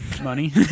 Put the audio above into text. Money